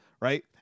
right